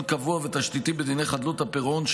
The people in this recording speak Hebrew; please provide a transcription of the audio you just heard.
קבוע ותשתיתי בדיני חדלות הפירעון,